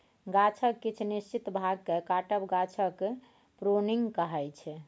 गाछक किछ निश्चित भाग केँ काटब गाछक प्रुनिंग कहाइ छै